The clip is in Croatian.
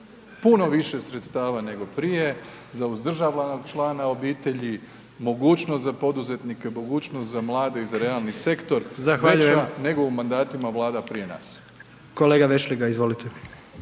puno više sredstava nego prije, za uzdržavanog člana obitelji, mogućnost za poduzetnike, mogućnost za mlade i za realni sektor veća nego u mandatima Vlada prije nas. **Jandroković, Gordan